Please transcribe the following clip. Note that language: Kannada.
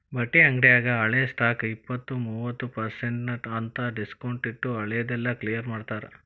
ಬಟ್ಟಿ ಅಂಗ್ಡ್ಯಾಗ ಹಳೆ ಸ್ಟಾಕ್ಗೆ ಇಪ್ಪತ್ತು ಮೂವತ್ ಪರ್ಸೆನ್ಟ್ ಅಂತ್ ಡಿಸ್ಕೊಂಟ್ಟಿಟ್ಟು ಹಳೆ ದೆಲ್ಲಾ ಕ್ಲಿಯರ್ ಮಾಡ್ತಾರ